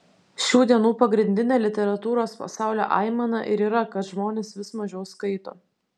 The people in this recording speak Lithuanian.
šių dienų pagrindinė literatūros pasaulio aimana ir yra kad žmonės vis mažiau skaito